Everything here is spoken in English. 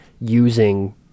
using